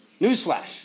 Newsflash